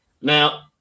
Now